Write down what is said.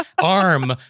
arm